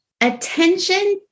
Attention